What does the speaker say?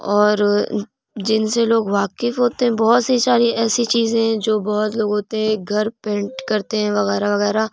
اور جن سے لوگ واقف ہوتے ہیں بہت سی ساری ایسی چیزیں ہیں جو بہت لوگ ہوتے ہیں ایک گھر پینٹ کرتے ہیں وغیرہ وغیرہ